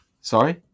Sorry